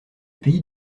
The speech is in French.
pays